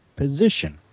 position